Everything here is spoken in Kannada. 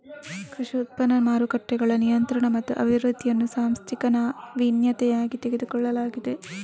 ಕೃಷಿ ಉತ್ಪನ್ನ ಮಾರುಕಟ್ಟೆಗಳ ನಿಯಂತ್ರಣ ಮತ್ತು ಅಭಿವೃದ್ಧಿಯನ್ನು ಸಾಂಸ್ಥಿಕ ನಾವೀನ್ಯತೆಯಾಗಿ ತೆಗೆದುಕೊಳ್ಳಲಾಗಿದೆ